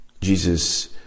Jesus